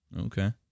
Okay